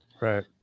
Right